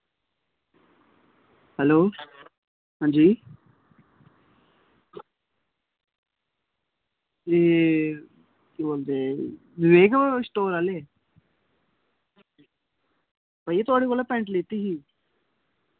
hello हां जी एह् केह् बोलदे विवेक होर स्टोर आह्ले भाइया तुआढ़े कोला दा पैंट लैत्ती ही